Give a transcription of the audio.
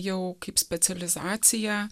jau kaip specializaciją